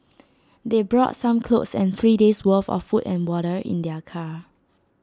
they brought some clothes and three days' worth of food and water in their car